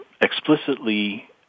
explicitly